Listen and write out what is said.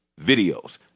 videos